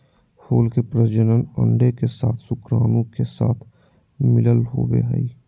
फूल के प्रजनन अंडे के साथ शुक्राणु के साथ मिलला होबो हइ